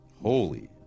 Holy